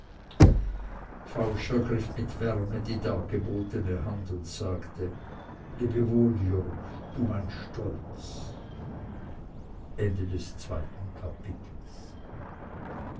ergriff mit wärme die dargebotene hand und sagte lebe wohl jürg du mein stolz